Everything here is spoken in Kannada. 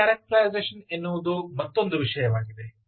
ಪವರ್ ಕ್ಯಾರೆಕ್ಟರೈಸೇಶನ್ ಎನ್ನುವುದು ಮತ್ತೊಂದು ವಿಷಯವಾಗಿದೆ